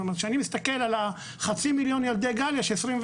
זאת אומרת שכשאני מסתכל על החצי מיליון ילדי גן יש 21%,